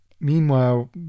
Meanwhile